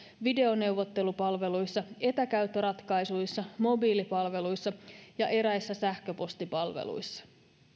videoneuvottelupalveluissa etäkäyttöratkaisuissa mobiilipalveluissa ja eräissä sähköpostipalveluissa